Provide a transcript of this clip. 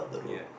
ya